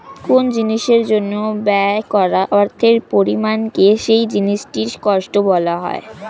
কোন জিনিসের জন্য ব্যয় করা অর্থের পরিমাণকে সেই জিনিসটির কস্ট বলা হয়